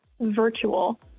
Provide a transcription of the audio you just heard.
virtual